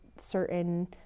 certain